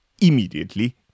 immediately